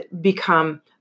become